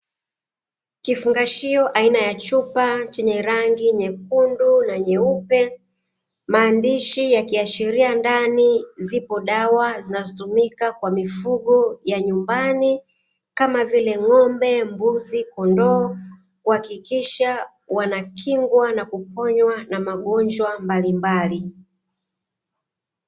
Kifungashio aina ya chupa chenye chenye rangi nyekundu na nyeupe, maandishi yakiashiria ndani zipo dawa zinazotumika kwa mifugo ya nyumbani kama vile: ng'ombe, mbuzi, kondoo kuhakikisha wanakingwa na kuponywa magonjwa mbalimbali.